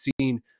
seen